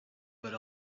but